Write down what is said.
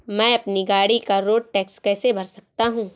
मैं अपनी गाड़ी का रोड टैक्स कैसे भर सकता हूँ?